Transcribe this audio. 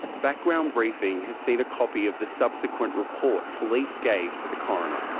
background briefing has seen a copy of the subsequent report police gave to the coroner.